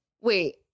Wait